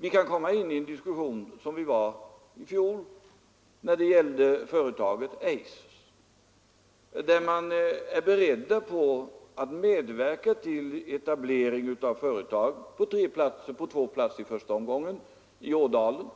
Vi kan komma in i en sådan diskussion som fördes i fjol när det gällde företaget Eiser. Företaget var berett att medverka till etablering på två platser, i första omgången i Ådalen,